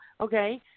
okay